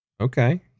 Okay